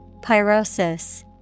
Pyrosis